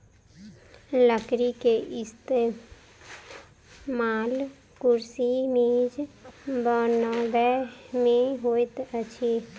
लकड़ी के इस्तेमाल कुर्सी मेज बनबै में होइत अछि